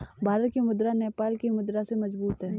भारत की मुद्रा नेपाल की मुद्रा से मजबूत है